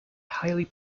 highly